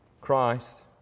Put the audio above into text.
Christ